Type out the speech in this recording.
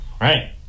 right